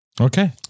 Okay